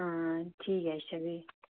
आं ठीक ऐ अच्छा फ्ही